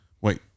Wait